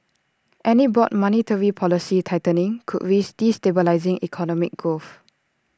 any broad monetary policy tightening could risk destabilising economic growth